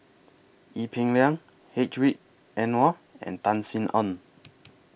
Ee Peng Liang Hedwig Anuar and Tan Sin Aun